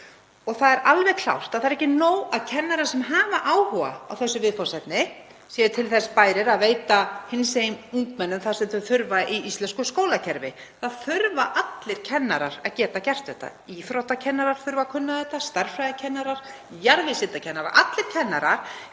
Það er alveg klárt að það er ekki nóg að kennarar sem hafa áhuga á þessu viðfangsefni séu til þess bærir að veita hinsegin ungmennum það sem þau þurfa í íslensku skólakerfi. Það þurfa allir kennarar að geta gert þetta. Íþróttakennarar þurfa að kunna þetta, stærðfræðikennarar, jarðvísindakennarar, allir kennarar